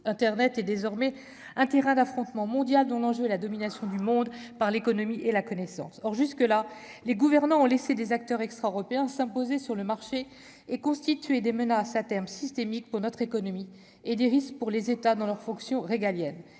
Internet est désormais un terrain d'affrontement Mondia dont l'enjeu et la domination du monde par l'économie et la connaissance or jusque-là, les gouvernants ont laissé des acteurs extra-européens s'imposer sur le marché et constituer des menaces à terme systémique pour notre économie et des risques pour les États dans leurs fonctions régaliennes